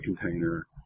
container